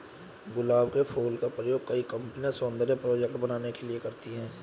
गुलाब के फूल का प्रयोग कई कंपनिया सौन्दर्य प्रोडेक्ट बनाने के लिए करती है